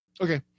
Okay